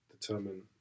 determine